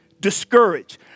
discouraged